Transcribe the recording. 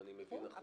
אם אני מבין נכון.